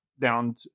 down